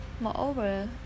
Moreover